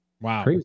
wow